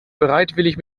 bereitwillig